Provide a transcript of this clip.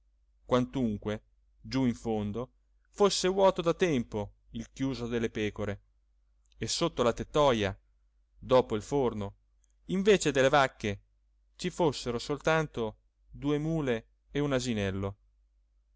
quantunque giù in fondo fosse vuoto da tempo il chiuso delle pecore e sotto la tettoja dopo il forno invece delle vacche ci fossero soltanto due mule e un asinello